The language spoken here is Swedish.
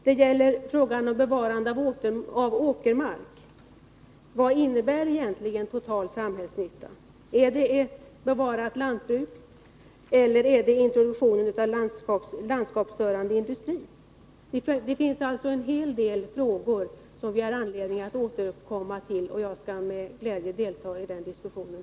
Det gäller också frågan om bevarande av åkermark. Vad innebär egentligen total samhällsnytta? Är det ett bevarat lantbruk, eller är det introduktionen av landskapsstörande industri? Det finns alltså en hel del frågor som vi har anledning återkomma till. Jag skall med glädje delta i den diskussionen.